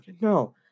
no